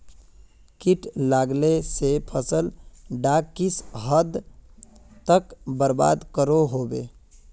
किट लगाले से फसल डाक किस हद तक बर्बाद करो होबे?